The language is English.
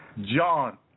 John